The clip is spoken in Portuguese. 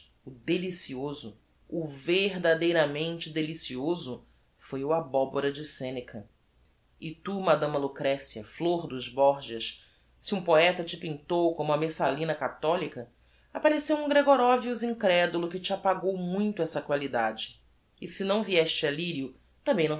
o delicioso o verdadeiramente delicioso foi o abobora de seneca e tu madama lucrecia flor dos borgias se um poeta te pintou como a messalina catholica appareceu um gregorovius incredulo que te apagou muito essa qualidade e se não vieste a lyrio tambem